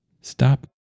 Stop